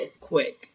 Quick